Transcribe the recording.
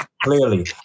Clearly